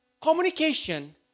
Communication